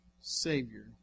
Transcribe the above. Savior